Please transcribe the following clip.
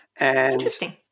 Interesting